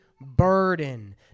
burden